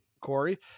Corey